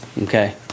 Okay